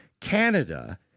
Canada